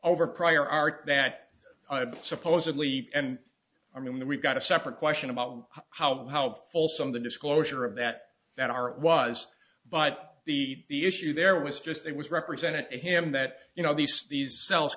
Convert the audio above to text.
over prior art that supposedly and i mean we've got a separate question about how helpful some of the disclosure of that that are was but the the issue there was just it was represented him that you know these these cells